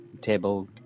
table